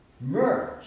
Merge